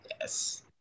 Yes